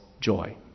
joy